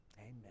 amen